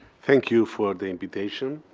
thank you for the invitation.